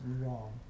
wrong